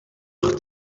ich